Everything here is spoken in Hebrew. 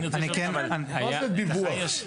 אני רוצה לשאול --- מה זה דיווח?